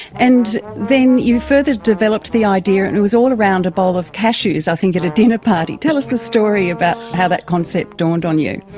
and then you further developed the idea and it was all around a bowl of cashews i think at a dinner party. tell us the story about how that concept dawned on you.